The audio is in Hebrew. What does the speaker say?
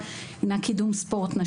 ספציפית בספורט.